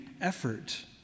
effort